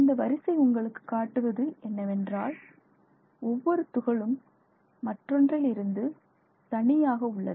இந்த வரிசை உங்களுக்கு காட்டுவது என்னவென்றால் ஒவ்வொரு துகளும் மற்றொன்றில் இருந்து தனியாக உள்ளது